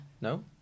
No